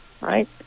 right